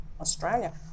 Australia